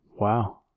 Wow